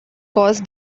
cause